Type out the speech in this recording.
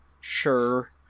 sure